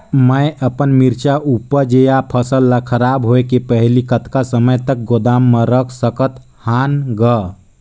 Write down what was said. मैं अपन मिरचा ऊपज या फसल ला खराब होय के पहेली कतका समय तक गोदाम म रख सकथ हान ग?